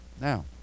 now